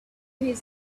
his